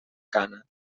cana